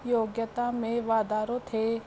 योग्यता में वाधारो थिए